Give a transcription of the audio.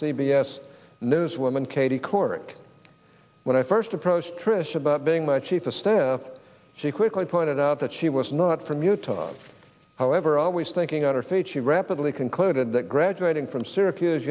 s news woman katie couric when i first approached trish about being my chief of staff she quickly pointed out that she was not from utah however always thinking on her feet she rapidly concluded that graduating from syracuse